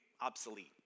obsolete